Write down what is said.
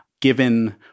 given